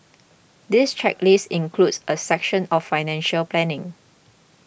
this checklist includes a section on financial planning